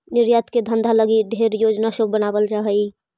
निर्यात के धंधा लागी ढेर योजना सब बनाबल जा हई